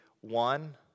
one